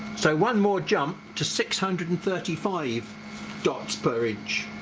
so one more jump to six hundred and thirty five dots per inch